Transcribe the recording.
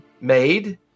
made